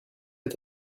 est